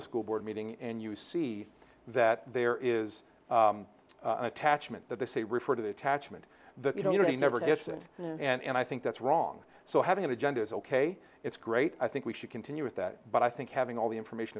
a school board meeting and you see that there is an attachment that they say referred to the attachment that you know he never gets it and i think that's wrong so having an agenda is ok it's great i think we should continue with that but i think having all the information